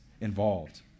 involved